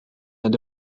end